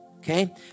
Okay